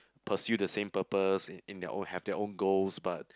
pursue the same purpose in their own have their own goals but